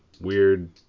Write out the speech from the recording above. weird